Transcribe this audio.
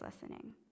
listening